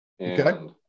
okay